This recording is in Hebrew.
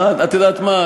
את יודעת מה?